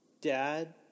Dad